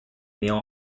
neil